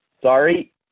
Sorry